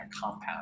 compound